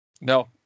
No